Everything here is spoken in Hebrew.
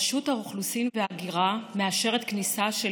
רשות האוכלוסין וההגירה מאשרת כניסה של